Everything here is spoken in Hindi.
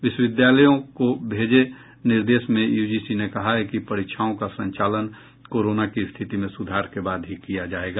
विश्वविद्यालय को भेजे निर्देश में यूजीसी ने कहा है कि परीक्षाओं का संचालन कोरोना की स्थिति में सुधार के बाद ही किया जायेगा